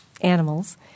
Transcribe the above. animals